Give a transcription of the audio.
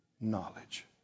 knowledge